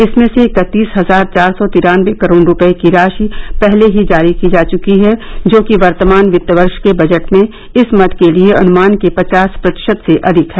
इसमें से इकत्तीस हजार चार सौ तिरान्नबे करोड रुपये की राशि पहले ही जारी की जा चुकी है जो कि वर्तमान वित्त वर्ष के बजट में इस मद के लिए अनुमान के पचास प्रतिशत से अधिक है